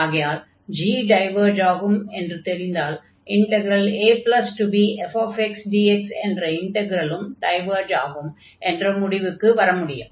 ஆகையால் g diverge ஆகும் என்று தெரிந்தால் abfxdx என்ற இன்டக்ரலும் டைவர்ஜ் ஆகும் என்ற முடிவுக்கு வர முடியும்